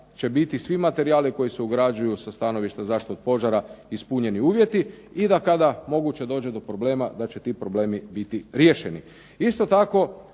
da će biti svi materijali koji se ugrađuju sa stanovišta zaštite od požara ispunjeni uvjeti i da kada moguće dođe do problema, da će ti problemi biti riješeni. Isto tako,